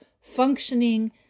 functioning